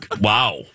Wow